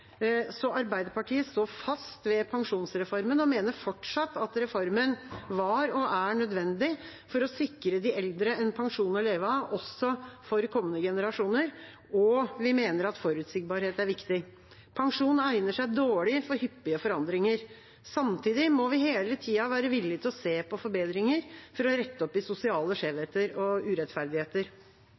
Arbeiderpartiet står fast ved pensjonsreformen og mener fortsatt at reformen var og er nødvendig for å sikre de eldre en pensjon å leve av, også for kommende generasjoner, og vi mener at forutsigbarhet er viktig. Pensjon egner seg dårlig for hyppige forandringer. Samtidig må vi hele tida være villig til å se på forbedringer for å rette opp i sosiale skjevheter og urettferdigheter.